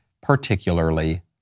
particularly